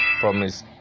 promise